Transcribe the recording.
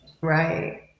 Right